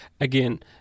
Again